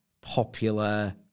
popular